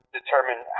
determine